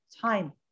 time